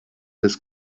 his